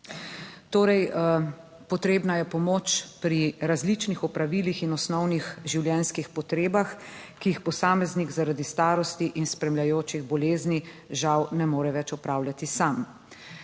Torej, potrebna je pomoč pri različnih opravilih in osnovnih življenjskih potrebah, ki jih posameznik, zaradi starosti in spremljajočih bolezni žal ne more več opravljati sam.